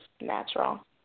natural